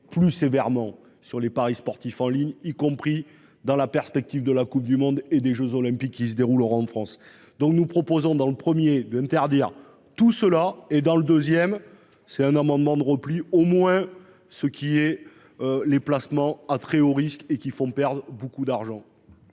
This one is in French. plus sévèrement sur les paris sportifs en ligne, y compris dans la perspective de la Coupe du monde et des Jeux olympiques qui se dérouleront en France donc nous proposons dans le premier, d'interdire tout cela et dans le deuxième c'est un amendement de repli au moins ce qui est. Les placements à très haut risque et qui font perdre beaucoup d'argent.